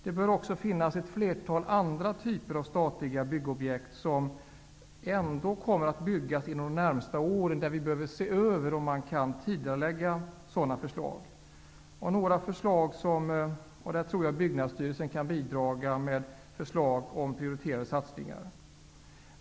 Det bör också finnas ett flertal andra typer av statliga byggobjekt som ändå kommer att byggas inom de närmaste åren, och där vi behöver se över om sådana förslag kan tidigareläggas. I det sammanhanget tror jag att Byggnadsstyrelsen kan bidra med förslag om prioriterade satsningar.